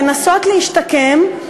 מנסות להשתקם.